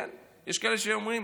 כן, יש כאלה שאומרים,